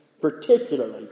Particularly